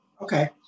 Okay